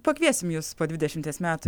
pakviesim jus po dvidešimties metų